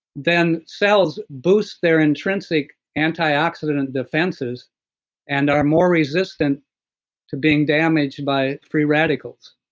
then cells boost their intrinsic antioxidant defenses and are more resistant to being damaged by free radicals